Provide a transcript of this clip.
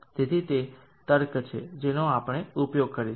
તેથી તે તર્ક છે જેનો આપણે ઉપયોગ કરીશું